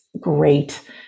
great